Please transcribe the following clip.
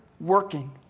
working